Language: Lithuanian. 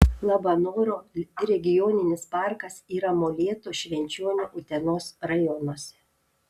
labanoro regioninis parkas yra molėtų švenčionių utenos rajonuose